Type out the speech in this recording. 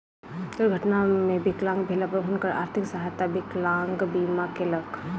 दुर्घटना मे विकलांग भेला पर हुनकर आर्थिक सहायता विकलांग बीमा केलक